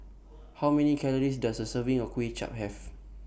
How Many Calories Does A Serving of Kway Chap Have